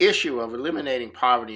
issue of eliminating poverty